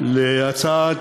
להצעת